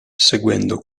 seguendo